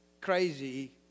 crazy